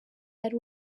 ari